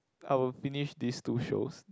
I will finish these two shows